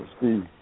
see